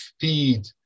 feed